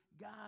God